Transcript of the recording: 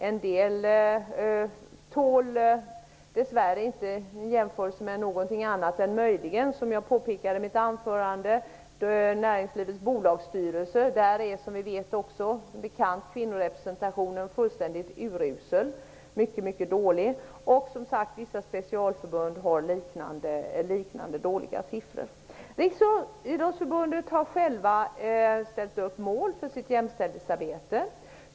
En del tål dess värre inte en jämförelse med någonting annat än möjligen näringslivets bolagsstyrelser, där kvinnorepresentationen som bekant är fullständigt urusel. Riksidrottsförbundet har självt ställt upp mål för sitt jämställdhetsarbete.